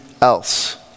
else